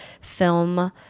film